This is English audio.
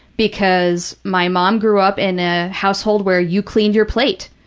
because my mom grew up in a household where you cleaned your plate.